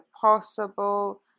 possible